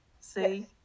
see